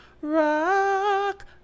rock